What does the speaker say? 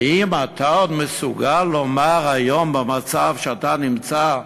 האם אתה עוד מסוגל היום, במצב שאתה נמצא,